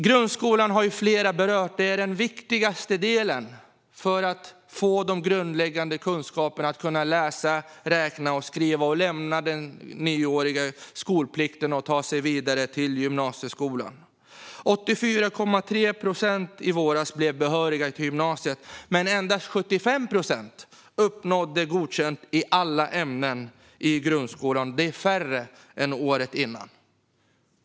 Grundskolan har flera berört. Det är den viktigaste delen för att få de grundläggande kunskaperna i att läsa, räkna och skriva och för att eleverna ska kunna lämna den obligatoriska nioåriga skolan och ta sig vidare till gymnasieskolan. I våras var det 84,3 procent som blev behöriga till gymnasiet, men endast 75 procent uppnådde godkänt i alla ämnen i grundskolan. Det är färre än året innan.